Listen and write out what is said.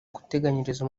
guteganyiriza